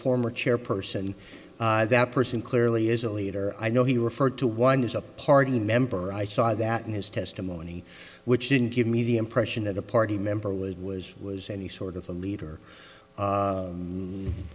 former chairperson that person clearly is a leader i know he referred to one is a party member i saw that in his testimony which didn't give me the impression that a party member would wish was any sort of a leader